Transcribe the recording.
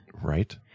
Right